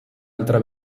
altra